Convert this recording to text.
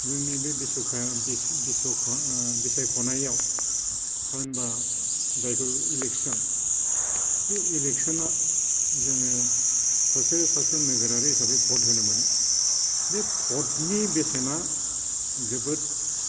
जोंनि बे बिसायख'नायाव होन बा जायखौ इलेक्सन बे इलेक्सनाव जोङो सासे सासे नोगोरारि हिसाबै भट होनो मोनो बे भटनि बेसेना जोबोद